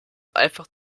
einfach